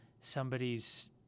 somebody's